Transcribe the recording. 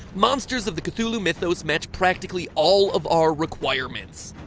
monsters of the cthulhu mythos match practically all of our requirements.